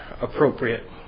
appropriate